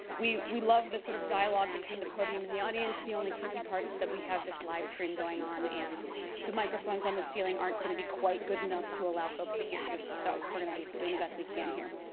we we love the sort of dialogue between the podium and the audience. the only tricky part is that we have this live stream going on and the microphones on the ceiling aren't gonna be quite good enough to allow folks to hear you. so we're gonna be doing the best we can here.